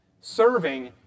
serving